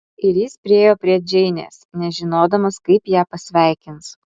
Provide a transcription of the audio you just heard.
ir jis priėjo prie džeinės nežinodamas kaip ją pasveikins